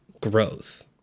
growth